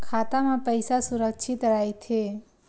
खाता मा पईसा सुरक्षित राइथे?